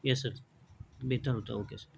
یس sir بہتر ہوتا okay سر